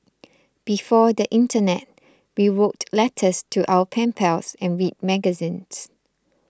before the internet we wrote letters to our pen pals and read magazines